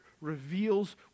reveals